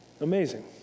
Amazing